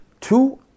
Two